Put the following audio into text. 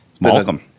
Welcome